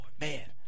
Man